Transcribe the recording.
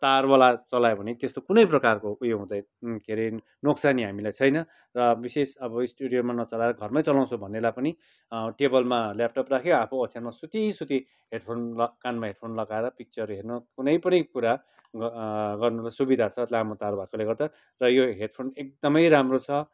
तारवाला चलायो भने त्यस्तो कुनै प्रकारको उयो हुँदैन के अरे नोक्सानी हामीलाई छैन र विशेष अब स्टुडियोमा नचलाएर घरमै चलाउँछु भन्नेलाई पनि टेबलमा ल्यापटप राख्यो आफू ओछ्यानमा सुती सुती हेडफोन ल कानमा हेडफोन लगाएर पिक्चर हेर्नु कुनै पनि कुरा गर्नुको सुविधा छ लामो तार भएकोले गर्दा र यो हेडफोन एकदमै राम्रो छ